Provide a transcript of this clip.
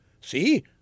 See